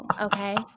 okay